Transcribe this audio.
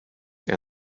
and